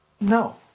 No